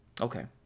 Okay